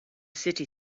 city